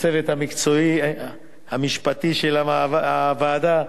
לצוות המקצועי המשפטי של הוועדה,